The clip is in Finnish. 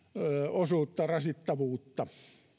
osuutta rasittavuutta